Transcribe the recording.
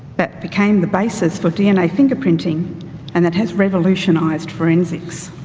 that became the basis for dna fingerprinting and that has revolutionized forensics.